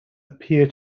appear